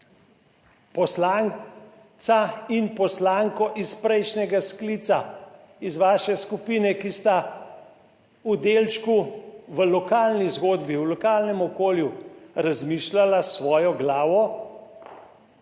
poslanca in poslanko iz prejšnjega sklica iz vaše skupine, ki sta v delčku v lokalni zgodbi, v lokalnem okolju razmišljala s svojo glavo,